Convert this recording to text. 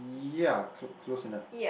ya c~ close enough